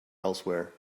elsewhere